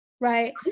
right